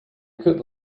could